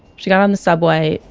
she got on the subway,